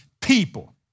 people